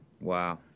Wow